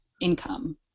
income